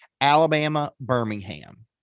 Alabama-Birmingham